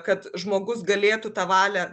kad žmogus galėtų tą valią